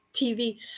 TV